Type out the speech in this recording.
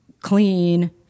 Clean